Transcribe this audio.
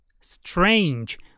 Strange